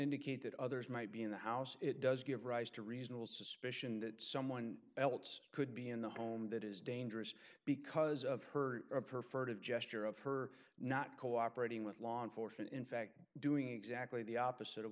indicate that others might be in the house it does give rise to reasonable suspicion that someone else could be in the home that is dangerous because of her of her furtive gesture of her not cooperating with law enforcement in fact doing exactly the opposite of